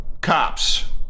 Cops